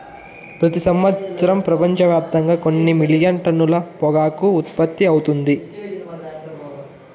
ప్రతి సంవత్సరం ప్రపంచవ్యాప్తంగా కొన్ని మిలియన్ టన్నుల పొగాకు ఉత్పత్తి అవుతుంది